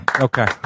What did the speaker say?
Okay